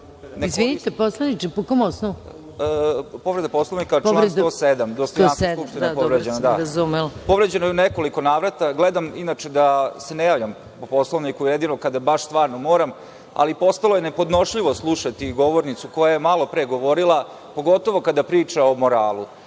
Gojković** Poštovana predsednice, povreda Poslovnika, član 107, dostojanstvo Skupštine je povređeno. Povređeno je u nekoliko navrata. Gledam inače da se ne javljam po Poslovniku, jedno kada baš stvarno moram, ali postalo je nepodnošljivo slušati govornicu koja je malopre govorila, pogotovo kada priča o moralu.